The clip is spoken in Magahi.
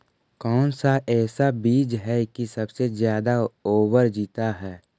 कौन सा ऐसा बीज है की सबसे ज्यादा ओवर जीता है?